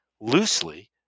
Loosely